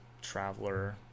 traveler